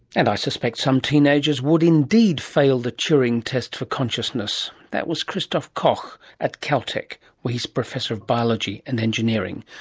and i suspect some teenagers would indeed fail the turing test for consciousness. that was christof koch at caltech where he is professor of biology and engineering.